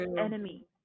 enemy